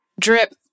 drip